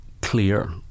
clear